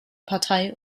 partei